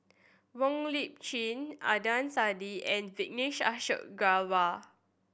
Wong Lip Chin Adnan Saidi and Vijesh Ashok Ghariwala